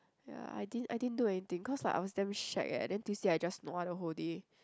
ya I didn't I didn't do anything cause like I was damn shag eh then Tuesday I just nua the whole day